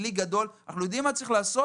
אנחנו יודעים מה אנחנו צריכים לעשות.